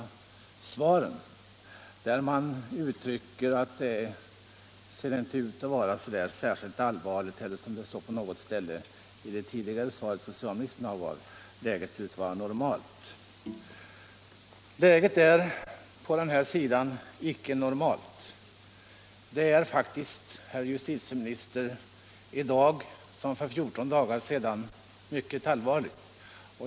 I dessa uttalanden ger man uttryck för åsikten att problemet inte ser ut att vara särskilt allvarligt eller — som det står på något ställe i det svar som justitieministern avgav i dag —- att läget är normalt. Läget är inte normalt när det gäller denna fråga. Det är, herr justitieminster, i dag liksom för 14 dagar sedan faktiskt mycket allvarligt.